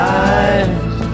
eyes